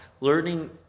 Learning